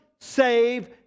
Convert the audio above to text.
save